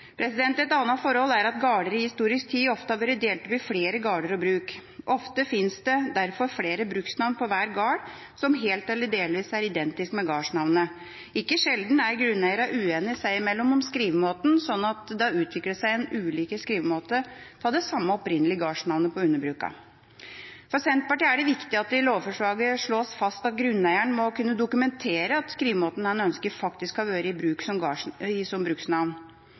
deres. Et annet forhold er at gårder i historisk tid ofte har vært delt opp i flere gårder og bruk. Ofte finnes det derfor flere bruksnavn på hver gård som helt eller delvis er identisk med gårdsnavnet. Ikke sjelden er grunneierne uenige seg imellom om skrivemåten, slik at det har utviklet seg ulike skrivemåter for det opprinnelig samme gårdsnavnet på underbrukene. For Senterpartiet er det viktig at det i lovforslaget slås fast at grunneieren må kunne dokumentere at skrivemåten en ønsker, faktisk har vært i bruk som bruksnavn.